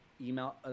email